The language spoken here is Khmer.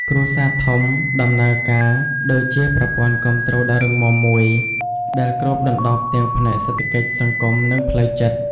គ្រួសារធំដំណើរការដូចជាប្រព័ន្ធគាំទ្រដ៏រឹងមាំមួយ ដែលគ្របដណ្តប់ទាំងផ្នែកសេដ្ឋកិច្ច សង្គម និងផ្លូវចិត្ត។